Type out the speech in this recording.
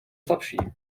slabší